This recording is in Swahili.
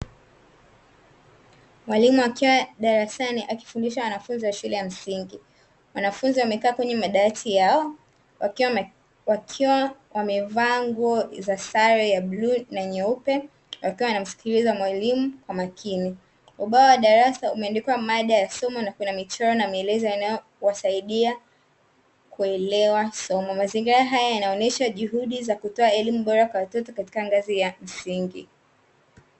Mwalimu akiwa darasani akifundisha wanafunzi wa shule ya msingi, wanafunzi wamekaa kwenye madawati yao, wakiwa wamevaa nguo za sare ya bluu na nyeupe, wakiwa wanamsikiliza mwalimu kwa makini. Ubao wa darasa umeandikwa mada ya somo nakuna michoro na maelezo inayowasaidia kuelewa somo. Mazingira haya yanaonyesha juhudi za kutoa elimu bora kwa watoto katika ngazi ya msingi.